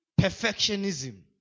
Perfectionism